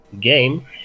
game